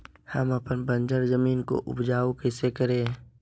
हम अपन बंजर जमीन को उपजाउ कैसे करे?